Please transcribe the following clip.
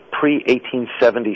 pre-1870